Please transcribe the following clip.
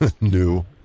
new